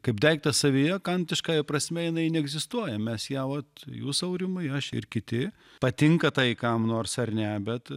kaip daiktas savyje kantiškąja prasme jinai neegzistuoja mes ją ot jūs aurimai aš ir kiti patinka tai kam nors ar ne bet